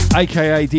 aka